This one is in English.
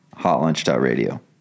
hotlunch.radio